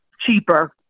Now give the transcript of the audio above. cheaper